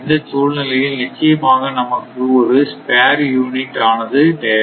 இந்த சூழ்நிலையில் நிச்சயமாக நமக்கு ஒரு ஸ்பர் யூனிட் ஆனது தேவை